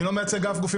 אני לא מייצג אף גוף,